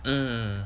mm